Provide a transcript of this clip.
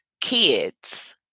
kids